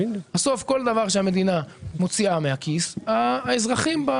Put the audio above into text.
בסוף כל דבר שהמדינה מוציאה מהכיס מוציאים